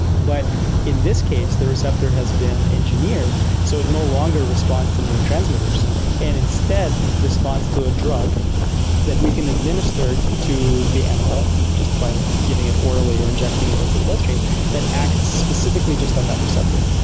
but in this case the receptor has been engineered, so it no longer responds to neurotransmitters and instead responds to a drug that we can administer to the animal just by giving it orally or injecting it into the bloodstream that acts specifically just on that receptor.